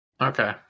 Okay